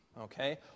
okay